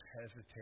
hesitate